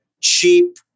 Cheap